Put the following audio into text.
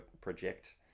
project